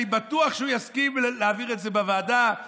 אני בטוח שהוא יסכים להעביר את זה בוועדה.